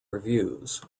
reviews